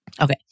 Okay